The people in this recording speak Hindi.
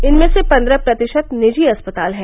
इनमें से पन्द्रह प्रतिशत निजी अस्पताल हैं